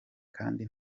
kandi